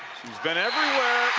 she's been everywhere